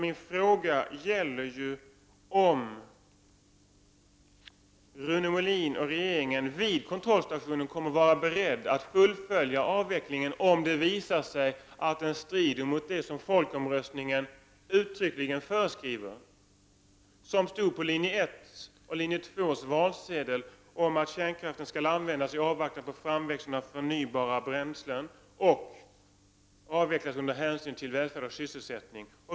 Min fråga gäller ju om Rune Molin och regeringen vid kontrollstationen kommer att vara beredda att fullfölja avvecklingen, om det visar sig att den strider mot det som folkomröstningsresultatet uttryckligen föreskrev. På linje 1:s och linje 2:s valsedlar stod det nämligen att kärnkraften skulle användas i avvaktan på framväxten av förnybara bränslen och avvecklas under hänsyn till välfärd och sysselsättning.